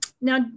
Now